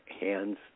hands